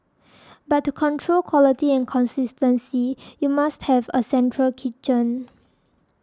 but to control quality and consistency you must have a central kitchen